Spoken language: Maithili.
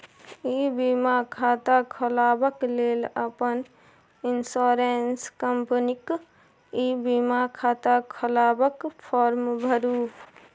इ बीमा खाता खोलबाक लेल अपन इन्स्योरेन्स कंपनीक ई बीमा खाता खोलबाक फार्म भरु